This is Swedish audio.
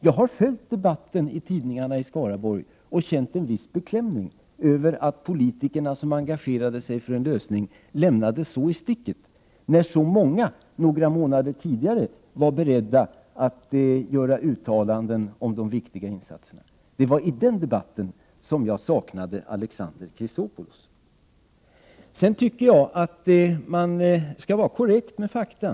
Jag har följt debatten i tidningarna i Skaraborg och känt en viss beklämning över att politikerna som engagerat sig för en lösning lämnades så i sticket, när så många några månader tidigare var beredda att göra uttalanden om de viktiga insatserna. Det var i den debatten som jag saknade Alexander Chrisopoulos. Sedan tycker jag att man skall vara korrekt med fakta.